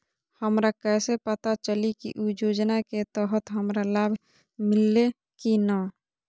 हमरा कैसे पता चली की उ योजना के तहत हमरा लाभ मिल्ले की न?